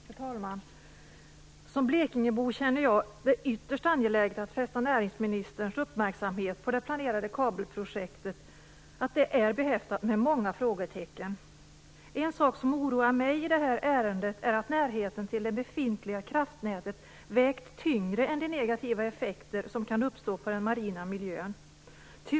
Fru talman! Som blekingebo känner jag att det är ytterst angeläget att fästa näringsministerns uppmärksamhet på det planerade kabelprojektet. Det är behäftat med många frågetecken. En sak som oroar mig i det här ärendet är att närheten till det befintliga kraftnätet vägt tyngre än de negativa effekter som kan uppstå för den marina miljön.